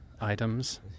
items